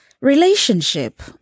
relationship